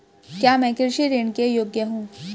क्या मैं कृषि ऋण के योग्य हूँ?